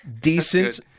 Decent